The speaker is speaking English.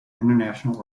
international